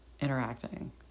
interacting